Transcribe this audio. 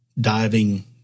diving